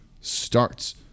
starts